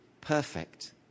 perfect